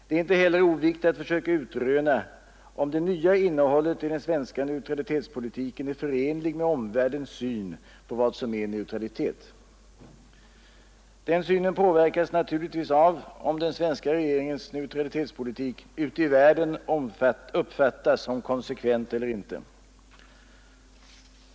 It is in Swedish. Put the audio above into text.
Det är inte heller oviktigt att försöka utröna, om det nya innehållet i den svenska neutralitetspolitiken är förenligt med omvärldens syn på vad som är neutralitet. Den synen påverkas naturligtvis av om den svenska regeringens neutralitetspolitik ute i världen uppfattas som konsekvent eller inte.